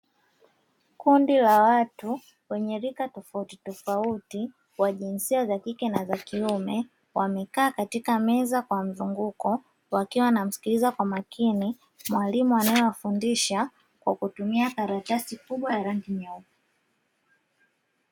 Kundi la watu wenye rika tofauti tofauti wa jinsia za kike na za kiume wamekaa katika meza kwa mzunguko wakiwa wanamsikiliza kwa makini mwalimu anaye wafundisha kwa kutumia karatasi kubwa ya rangi nyeupe.